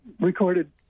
recorded